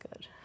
good